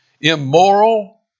immoral